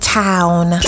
town